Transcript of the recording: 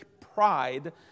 pride